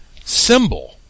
symbol